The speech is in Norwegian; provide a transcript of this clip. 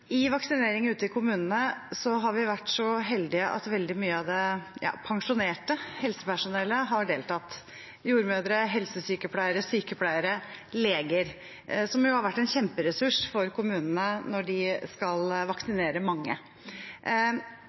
I forbindelse med vaksineringen ute i kommunene har vi vært så heldige at veldig mye av det pensjonerte helsepersonellet har deltatt. Det er jordmødre, helsesykepleiere, sykepleiere og leger, som har vært en kjemperessurs for kommunene når de skal vaksinere mange.